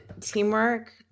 Teamwork